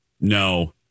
No